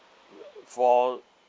for